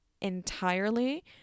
entirely